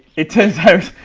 it turns